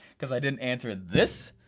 because i didn't answer this,